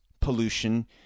pollution